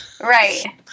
Right